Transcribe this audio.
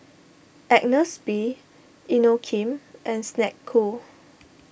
Agnes B Inokim and Snek Ku